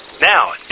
Now